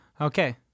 Okay